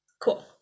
cool